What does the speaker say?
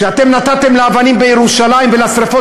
כשאתם נתתם לאבנים בירושלים ולשרפות